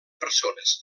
persones